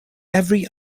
every